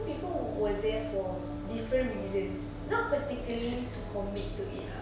people were there for different reasons not particularly to commit to it ah